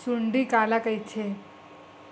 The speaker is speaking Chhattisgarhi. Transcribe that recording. सुंडी काला कइथे?